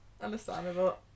understandable